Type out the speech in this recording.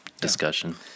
Discussion